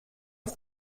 off